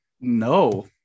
No